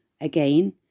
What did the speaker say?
Again